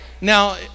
Now